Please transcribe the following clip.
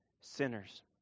sinners